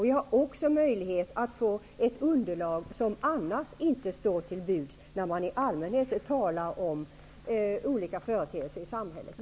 Vi har också möjlighet att få ett underlag som inte i andra fall står till buds, dvs. när man i allmänhet talar om olika företeelser i samhället.